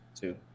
two